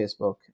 Facebook